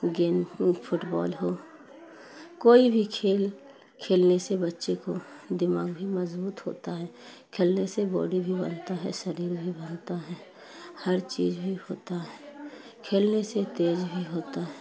game ہو football ہو کوئی بھی کھیل کھیلنے سے بچے کو دماغ بھی مضبوط ہوتا ہے کھیلنے سے باڈی بھی بنتا ہے سریر بھی بنتا ہے ہر چیز بھی ہوتا ہے کھیلنے سے تیز بھی ہوتا ہے